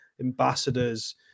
ambassadors